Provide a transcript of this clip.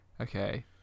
okay